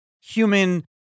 human